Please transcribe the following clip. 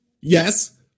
Yes